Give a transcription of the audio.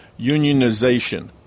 unionization